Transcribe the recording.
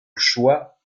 choix